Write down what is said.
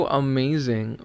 amazing